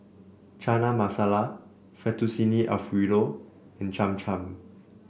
Chana Masala Fettuccine Alfredo and Cham Cham